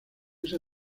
esa